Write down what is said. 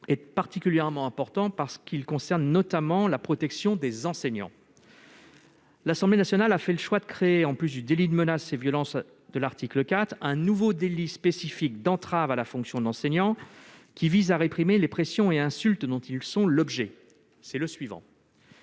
est particulièrement important, parce qu'il concerne la protection des enseignants. L'Assemblée nationale a fait le choix de créer, en plus du délit de menaces ou de violences instauré à l'article 4, un nouveau délit spécifique, le délit d'entrave à la fonction d'enseignant, qui vise à réprimer les pressions et insultes dont ces agents sont la cible ; c'est